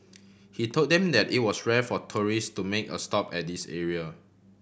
he told them that it was rare for tourist to make a stop at this area